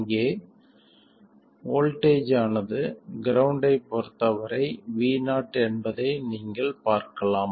இங்கே வோல்ட்டேஜ் ஆனது கிரௌண்ட்டைப் பொறுத்தவரை vo என்பதை நீங்கள் பார்க்கலாம்